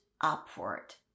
Upward